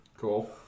Cool